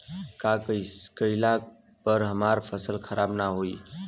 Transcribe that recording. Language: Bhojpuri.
का कइला पर हमार फसल खराब ना होयी?